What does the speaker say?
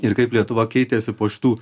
ir kaip lietuva keitėsi po šitų